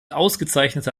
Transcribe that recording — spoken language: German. ausgezeichnete